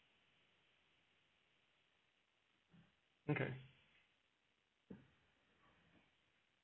okay